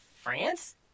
france